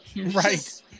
Right